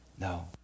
No